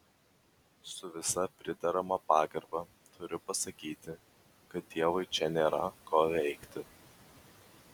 su visa priderama pagarba turiu pasakyti kad dievui čia nėra ko veikti